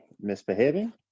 misbehaving